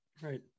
Right